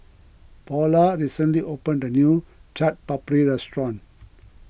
Paula recently opened a new Chaat Papri restaurant